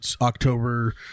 October